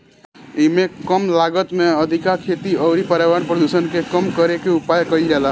एइमे कम लागत में अधिका खेती अउरी पर्यावरण प्रदुषण के कम करे के उपाय कईल जाला